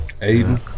aiden